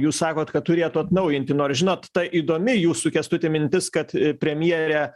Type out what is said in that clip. jūs sakot kad turėtų atnaujinti nors žinot ta įdomi jūsų kęstuti mintis kad premjerė